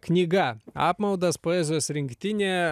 knyga apmaudas poezijos rinktinė